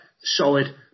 solid